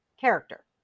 character